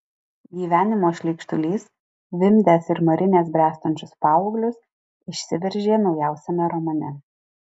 gyvenimo šleikštulys vimdęs ir marinęs bręstančius paauglius išsiveržė naujausiame romane